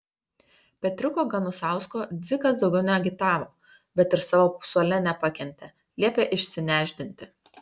petriuko ganusausko dzikas daugiau neagitavo bet ir savo suole nepakentė liepė išsinešdinti